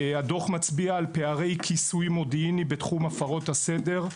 הדוח מצביע על פערי כיסוי מודיעיני בתחום הפרות הסדר,